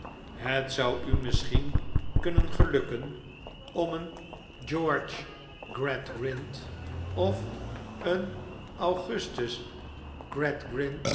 het zou u misschien kunnen gelukken om een george gradgrind of een augustus